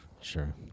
Sure